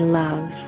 love